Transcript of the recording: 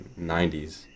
90s